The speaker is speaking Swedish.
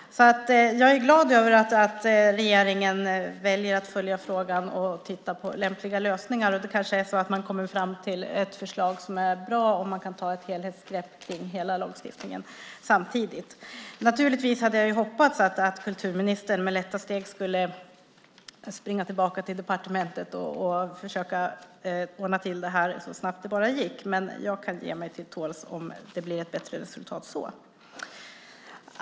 Jag är glad över att regeringen väljer att följa frågan och titta på lämpliga lösningar. Man kommer kanske fram till ett förslag som är bra och kan ta ett helhetsgrepp på hela lagstiftningen samtidigt. Naturligtvis hade jag hoppats att kulturministern med lätta steg skulle springa tillbaka till departementet och försöka ordna till detta så snabbt det bara gick. Men jag kan ge mig till tåls om det blir ett bättre resultat.